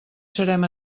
serem